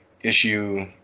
issue